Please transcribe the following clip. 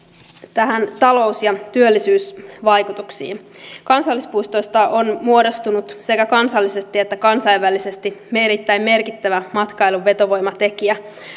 näihin talous ja työllisyysvaikutuksiin kansallispuistoista on muodostunut sekä kansallisesti että kansainvälisesti erittäin merkittävä matkailun vetovoimatekijä